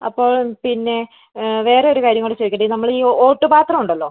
അപ്പോൾ പിന്നെ വേറെ ഒരു കാര്യം കൂടി ചോദിക്കട്ടെ നമ്മൾ ഈ ഓട്ട് പാത്രം ഉണ്ടല്ലോ